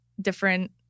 different